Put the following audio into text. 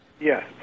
Yes